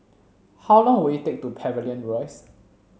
how long will it take to Pavilion Rise